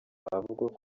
havugwa